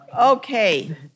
Okay